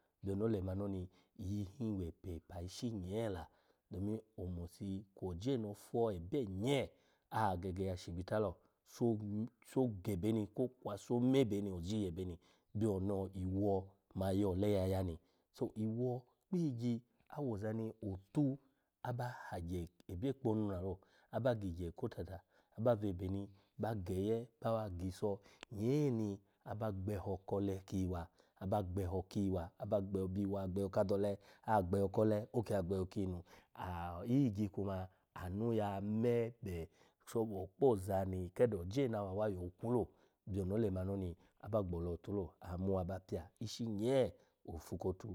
Byoni olemani oni iyi hin wepepa ishi nyeela domin omosi kwo oje ni ofo ebye nyee agege ashibita o so ge beni kwo kwa so mebeni oji yebeni byono iwo ma yole ya yani so iwo kpi iyigyi awoza ni out aba hagye ebye kponu ni lalo aba gigyehe kotata, aba bwebeni, aba geye, ba giso nyee ni aba gbeho kole ki iyiwa, aba gbeho kiyiwa, aba gbeho diyiwa aba gbeho da adole, agbehe kole agbeho kiyinu. A-iyigyi kuma anu ya mebe sobo kpo ozami kede oje nawa yo kwu lo. Byoni olemani oni aba gbola otu lo, oya muwa ba pya ishi nye ofu ko to